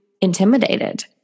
intimidated